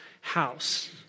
house